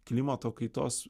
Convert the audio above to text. klimato kaitos